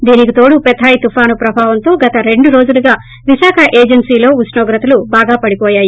దీనికి తోడు పెధాయ్ తుఫాను ప్రభావంతో ౌగత రెండురోజులుగా విశాఖ ఏజెన్సీలో కనిష్ష ఉష్ణోగ్రతలు బాగా పడిపోయాయి